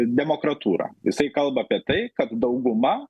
demokratūrą jisai kalba apie tai kad dauguma